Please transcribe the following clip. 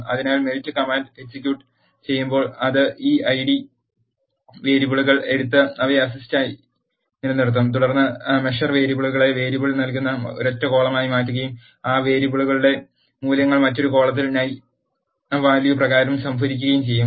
അതിനാൽ melt command execute ചെയ്യുമ്പോൾ അത് ഈ ഐഡി വേരിയബിളുകൾ എടുത്ത് അവയെ അസിസ്റ്റ് ആയി നിലനിർത്തും തുടർന്ന് മെഷർ വേരിയബിളുകളെ വേരിയബിൾ നൽകുന്ന ഒരൊറ്റ കോളമാക്കി മാറ്റുകയും ആ വേരിയബിളുകളുടെ മൂല്യങ്ങൾ മറ്റൊരു കോളത്തിൽ നെയിം വാല്യൂ പ്രകാരം സംഭരിക്കുകയും ചെയ്യും